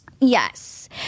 Yes